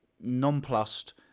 nonplussed